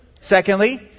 Secondly